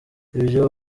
ibyo